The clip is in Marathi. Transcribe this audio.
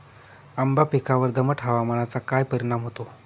आंबा पिकावर दमट हवामानाचा काय परिणाम होतो?